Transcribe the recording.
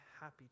happy